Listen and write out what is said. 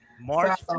March